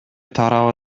тарабы